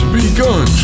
begun